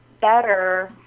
better